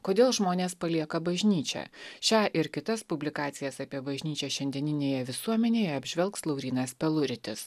kodėl žmonės palieka bažnyčią šią ir kitas publikacijas apie bažnyčią šiandieninėje visuomenėje apžvelgs laurynas peluritis